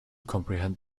comprehend